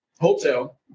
hotel